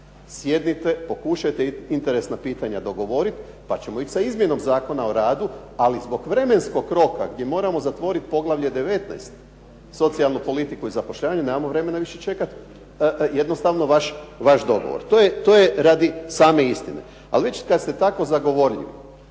sjednite, pokušajte interesna pitanja dogovoriti pa ćemo ići sa izmjenom Zakona o radu, ali zbog vremenskog roka gdje moramo zatvoriti poglavlje 19. – Socijalnu politiku i zapošljavanje nemamo više vremena čekati jednostavno vaš dogovor. To je radi same istine. Ali već kad ste tako zagovorljivi